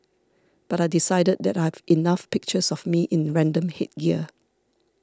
but I decided that I've enough pictures of me in random headgear